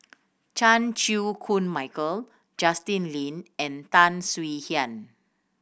Chan Chew Koon Michael Justin Lean and Tan Swie Hian